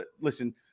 listen –